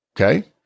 Okay